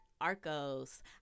Arcos